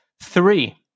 Three